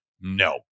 no